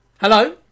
Hello